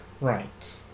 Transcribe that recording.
Right